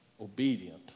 obedient